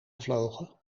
gevlogen